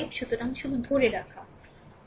সুতরাং শুধু ধরে রাখা